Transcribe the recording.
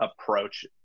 approach